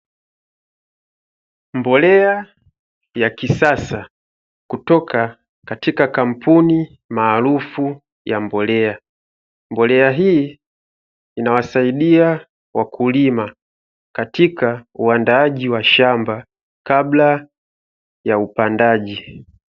Mbolea ya kisasa kutoka katika kampuni maarufu ya mbolea. Mbolea hii inawasaidia wakulima katika uandaaji wa shamba kabla ya upandaji.